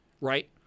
right